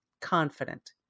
confident